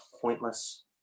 pointless